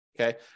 Okay